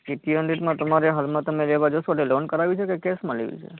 three હન્ડ્રેડમાં તમારે હાલમાં તમે લેવા જશો એટલે લોન કરાવવી છે કે કૅશમાં લેવી છે